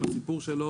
עם הסיפור שלו,